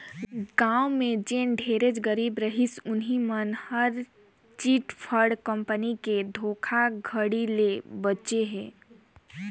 गाँव में जेन ढेरेच गरीब रहिस उहीं मन हर चिटफंड कंपनी के धोखाघड़ी ले बाचे हे